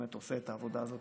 והוא באמת עושה את העבודה הזאת